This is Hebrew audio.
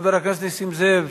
חבר הכנסת נסים זאב,